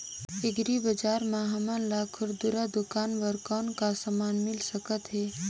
Agri बजार म हमन ला खुरदुरा दुकान बर कौन का समान मिल सकत हे?